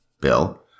Bill